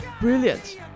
Brilliant